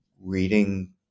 reading